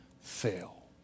fail